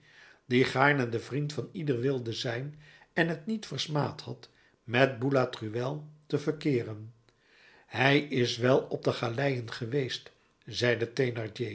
die gaarne de vriend van ieder wilde zijn en t niet versmaad had met boulatruelle te verkeeren hij is wel op de galeien geweest